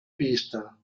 pista